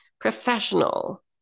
Professional